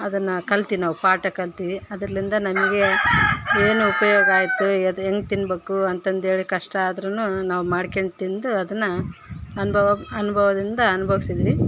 ಅದನ್ನ ಕಲ್ತು ನಾವು ಪಾಠ ಕಲ್ತಿವಿ ಅದರ್ಲಿಂದ ನಮಗೆ ಏನು ಉಪಯೋಗಾಯಿತು ಅದ್ ಹೆಂಗ್ ತಿನ್ಬೇಕು ಅಂತಂದೇಳಿ ಕಷ್ಟ ಆದ್ರು ನಾವು ಮಾಡ್ಕೊಂಡ್ ತಿಂದು ಅದನ್ನು ಅನುಭವ ಅನುಭವದಿಂದ ಅನುಭೋಗ್ಸಿದೀವಿ